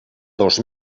dos